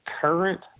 current